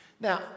now